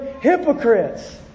hypocrites